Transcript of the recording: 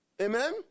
amen